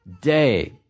day